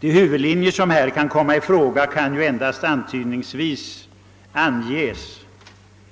De huvudlinjer som här kan komma i fråga kan endast antydningsvis anges.